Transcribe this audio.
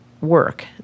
work